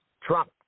Trump